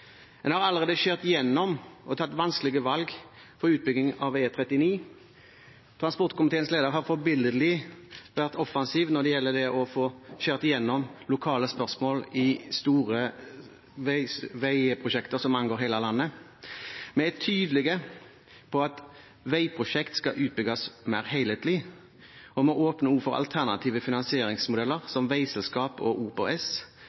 En har allerede skåret igjennom og tatt vanskelige valg for utbygging av E39. Transportkomiteens leder har vært forbilledlig offensiv når det gjelder å få skåret igjennom i lokale spørsmål i forbindelse med store veiprosjekt som angår hele landet. Vi er tydelige på at veiprosjekt skal bygges ut mer helhetlig. Vi åpner også for alternative finansieringsmodeller, som veiselskap og OPS,